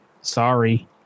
sorry